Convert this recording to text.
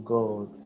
God